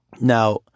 Now